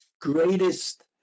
greatest